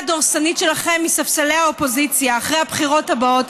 הדורסנית שלכם מספסלי האופוזיציה אחרי הבחירות הבאות,